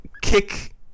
kick